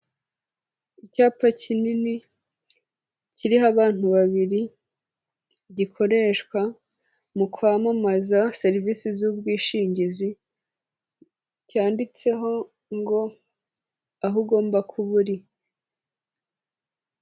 Icyapa kinini kiriho abantu babiri, gikoreshwa mu kwamamaza serivisi z'ubwishingizi, cyanditseho ngo aho ugomba kuba uri.